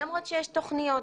למרות שיש תכניות,